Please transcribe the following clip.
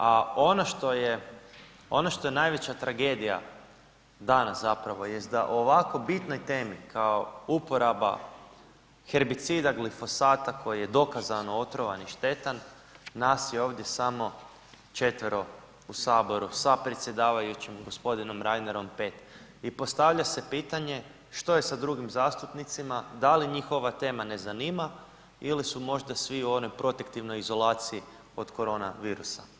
A ono što je, ono što je najveća tragedija danas zapravo jest da o ovako bitnoj temi kao uporaba herbicida glifosata koji je dokazano otrovan i štetan nas je ovdje samo četvero u saboru sa predsjedavajućim g. Reinerom 5 i postavlja se pitanje što je sa drugim zastupnicima, da li njih ova tema ne zanima ili su možda svi u onoj protektivnoj izolaciji od korona virusa?